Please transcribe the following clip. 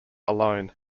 alone